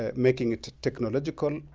ah making it technological,